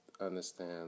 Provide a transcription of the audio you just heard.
understand